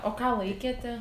o ką laikėte